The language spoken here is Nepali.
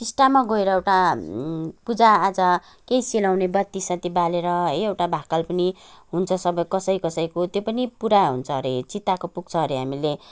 टिस्टामा गएर एउटा पूजाआजा केही सेलाउने बत्ती सत्ती बालेर है एउटा भाकल पनि हुन्छ सबै कसै कसैको त्यो पनि पुरा हुन्छ हरे चिताएको पुग्छ हरे हामीले